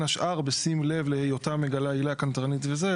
השאר בשים לב להיותה מגלה עילה קנטרנית וזה,